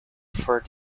for